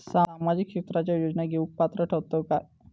सामाजिक क्षेत्राच्या योजना घेवुक पात्र ठरतव काय?